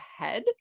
ahead